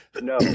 no